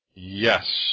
Yes